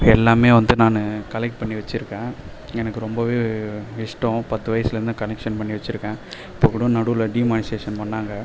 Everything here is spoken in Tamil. எல்லாமே வந்து நான் கலெக்ட் பண்ணி வச்சுருக்கேன் எனக்கு ரொம்பவே இஸ்டம் பத்து வயசுலந்து கனெக்ஷன் பண்ணி வச்சுருக்கேன் இப்போ கூட நடுவில் டீமானிசேஷன் பண்ணாங்க